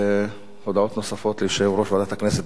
הודעות נוספות ליושב-ראש ועדת הכנסת.